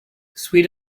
sweet